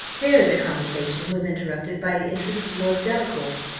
here the conversation was interrupted by the entrance of lord delacour,